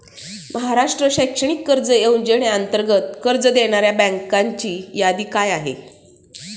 महाराष्ट्र शैक्षणिक कर्ज योजनेअंतर्गत कर्ज देणाऱ्या बँकांची यादी काय आहे?